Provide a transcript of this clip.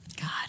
God